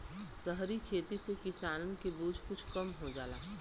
सहरी खेती से किसानन के बोझ कुछ कम हो जाला